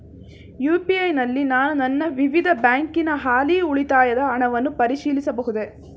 UPI ನಲ್ಲಿ ನಾನು ನನ್ನ ವಿವಿಧ ಬ್ಯಾಂಕಿನ ಹಾಲಿ ಉಳಿತಾಯದ ಹಣವನ್ನು ಪರಿಶೀಲಿಸಬಹುದೇ?